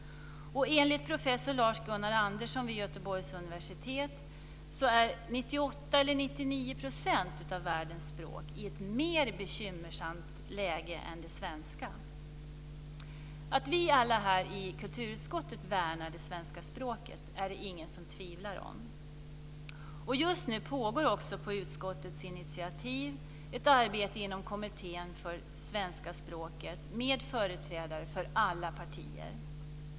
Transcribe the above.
Enligt professor 98 eller 99 % av världens språk i ett mer bekymmersamt läge än det svenska. Att vi alla här i kulturutskottet värnar det svenska språket är det ingen som tvivlar på. Just nu pågår också på utskottets initiativ ett arbete inom Kommittén för svenska språket med företrädare för alla partier.